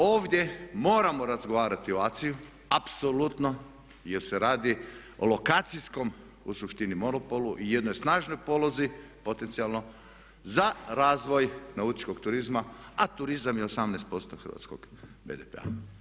Ovdje moramo razgovarati o ACI-u apsolutno jer se radi o lokacijskom o suštini monopolu i jednoj snažnoj polozi potencijalno za razvoj nautičkog turizma a turizam je 18% hrvatskog BDP-a.